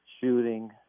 shooting –